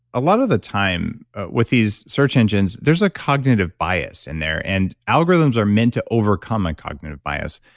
a lot of the time with these search engines, there's a cognitive bias in there and algorithms are meant to overcome a cognitive bias,